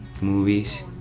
movies